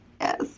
Yes